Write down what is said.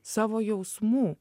savo jausmų